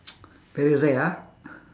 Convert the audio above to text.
very rare ah